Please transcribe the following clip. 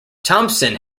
thompson